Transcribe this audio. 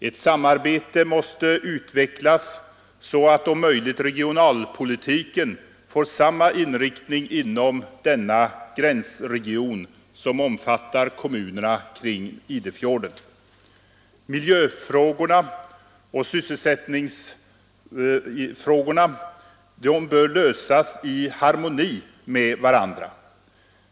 Ett samarbete måste utvecklas, så att om möjligt regionalpolitiken får samma inriktning inom hela den gränsregion som omfattar kommunerna kring Idefjorden. Miljöfrågorna och sysselsättningsfrågorna bör lösas i harmoni med varandra.